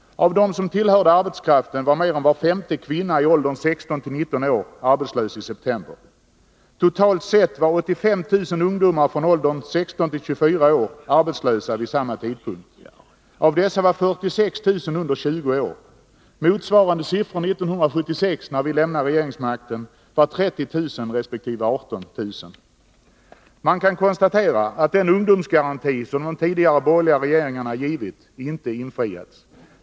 Av dem som tillhörde arbetskraften var mer än var femte kvinna i åldern 16-19 år arbetslös i september. Totalt sett var 85 000 ungdomar i åldrarna 16-24 år arbetslösa vid samma tidpunkt. Av dessa var 46 000 under 20 år. Motsvarande siffror 1976, när vi lämnade regeringsmakten, var 30 000 resp. 18 000. Man kan konstatera att den ungdomsgaranti som de tidigare borgerliga regeringarna givit inte infriats.